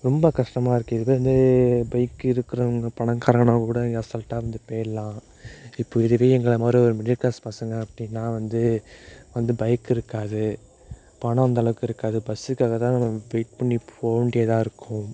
ரொம்ப கஷ்டமாக இருக்குது இதுவே வந்து பைக் இருக்குறவங்க பணக்காரங்கனால் கூட இங்கே அசால்ட்டாக வந்து போயிடலாம் இப்போது இதுவே எங்களை மாதிரி ஒரு மிடில் கிளாஸ் பசங்க அப்படின்னா வந்து வந்து பைக் இருக்காது பணம் அந்தளவுக்கு இருக்காது பஸ்ஸுக்காக தான் நம்ம வெயிட் பண்ணி போக வேண்டியதாக இருக்கும்